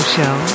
Show